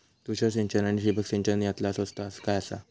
तुषार सिंचन आनी ठिबक सिंचन यातला स्वस्त काय आसा?